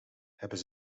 hebben